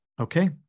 Okay